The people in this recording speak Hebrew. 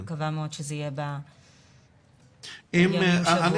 אני מקווה מאוד שזה יהיה בימים ובשבועות הקרובים.